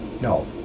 No